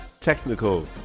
technical